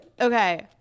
Okay